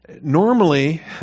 Normally